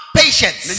patience